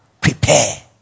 prepare